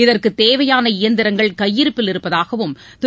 இதற்கு தேவையான இயந்திரங்கள் கையிருப்பில் இருப்பதாகவும் திரு